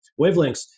wavelengths